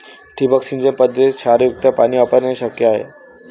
ठिबक सिंचन पद्धतीत क्षारयुक्त पाणी वापरणे शक्य आहे